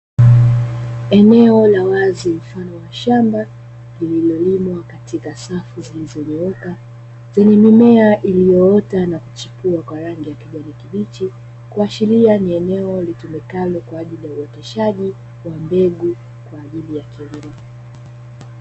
Eneo la wazi mfano wa shamba lililolimwa katika safu zilizonyooka zenye mimea iliyoota na kuchipua kwa rangi ya kijani kibichi, kuashiria ni eneo litumikalo kwa ajili ya uoteshaji wa mbegu kwa ajili ya kilimo.